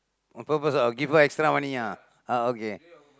on purpose ah give her extra money ah ah okay